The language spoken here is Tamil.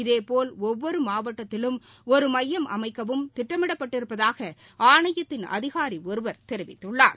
இதேபோல் ஒவ்வொரு மாவட்டத்திலும் ஒரு மையம் அமைக்கவும் திட்டமிடப்பட்டிருப்பதாக ஆணையத்தின் அதிகாரி ஒருவர் தெரிவித்துள்ளார்